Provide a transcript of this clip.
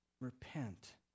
repent